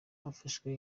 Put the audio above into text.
hafashwe